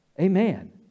Amen